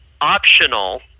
optional